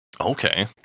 Okay